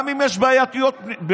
גם אם יש בעייתיות בפנים,